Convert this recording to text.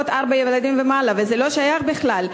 וזה לא שייך בכלל.